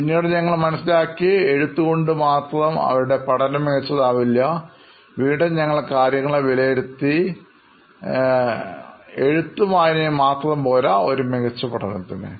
പിന്നീട് ഞങ്ങൾ മനസ്സിലാക്കിഎഴുത്തുകൊണ്ടുമാത്രം അവരുടെ പഠനം മികച്ചത് ആവില്ല വീണ്ടും ഞങ്ങൾ കാര്യങ്ങളെ വിലയിരുത്തി മനസ്സിലാക്കിയേ എഴുത്തും വായനയും മാത്രം പോരാ ഒരു മികച്ച പഠനത്തിന് എന്ന്